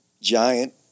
giant